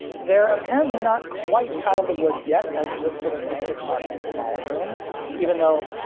they're apparently not quite out of the woods yet, as this little thing is marked small room even though,